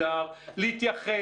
לא להתייחס.